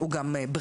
הוא גם בריאות.